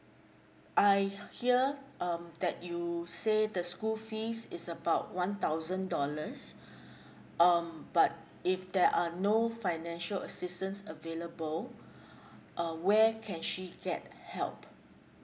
I hear um that you say the school fees is about one thousand dollars um but if there are no financial assistance available err where can she get help